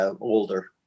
older